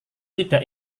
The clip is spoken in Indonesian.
tidak